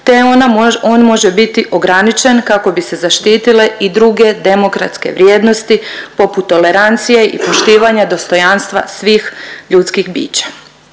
mo… on može biti ograničen kako bi se zaštitile i druge demokratske vrijednosti poput tolerancije i poštivanja dostojanstva svih ljudskih bića.